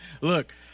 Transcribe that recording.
Look